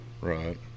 Right